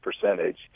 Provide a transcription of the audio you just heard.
percentage